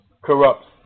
Corrupts